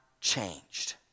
changed